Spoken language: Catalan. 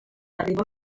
arriba